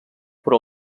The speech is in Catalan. però